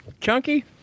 Chunky